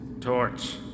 Torch